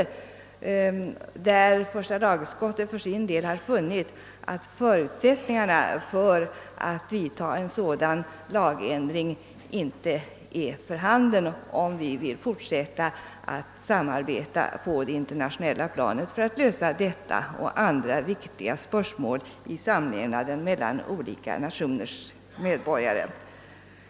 Första lagutskottet har för sin del funnit, att förutsättningarna för att vidta en sådan lagändring inte är för handen, om vi vill fortsätta att arbeta på det internationella planet för att lösa detta och andra viktiga spörsmål i samverkan mellan olika nationners medborgare.